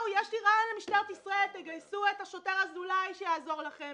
יש לי רעיון למשטרת ישראל: תגייסו את השוטר אזולאי שיעזור לכם